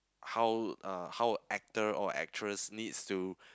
how uh how actor or actress needs to